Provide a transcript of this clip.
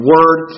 Word